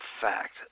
fact